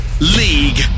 League